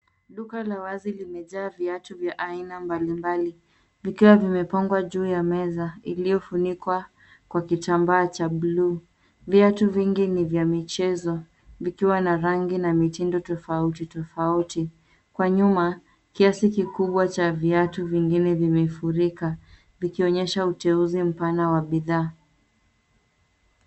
Duka la wazi limejaa viatu vya aina mbalimbali vikiwa vimepangwa juu ya meza iliyofunikwa kwa kitambaa cha buluu. Viatu vingi ni vya michezo vikiwa na rangi na mitindo tofauti tofauti. Kwa nyuma kiasi kikubwa cha viatu vingine vimefurika vikionyesha uteuzi mpana wa bidhaa.